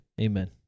Amen